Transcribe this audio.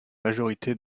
majorité